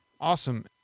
Awesome